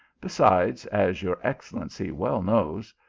besides, as your excellency well knows,